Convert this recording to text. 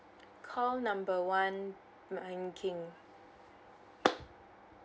call number one banking